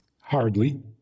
Hardly